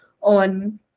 on